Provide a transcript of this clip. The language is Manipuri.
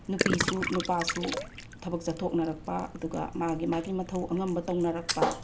ꯅꯨꯄꯤꯁꯨ ꯅꯨꯄꯥꯁꯨ ꯊꯕꯛ ꯆꯠꯊꯣꯛꯅꯔꯛꯄ ꯑꯗꯨꯒ ꯃꯥꯒꯤ ꯃꯥꯒꯤ ꯃꯊꯧ ꯑꯉꯝꯕ ꯇꯧꯅꯔꯛꯄ